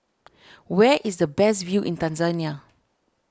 where is the best view in Tanzania